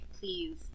please